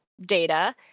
data